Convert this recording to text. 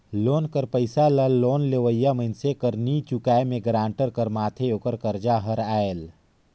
loan कर पइसा ल लोन लेवइया मइनसे कर नी चुकाए में गारंटर कर माथे ओकर करजा हर आएल